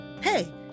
hey